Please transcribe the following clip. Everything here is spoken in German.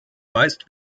meist